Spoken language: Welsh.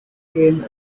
gêm